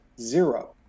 Zero